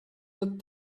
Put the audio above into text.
that